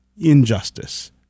injustice